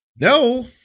No